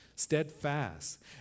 steadfast